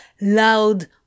Loud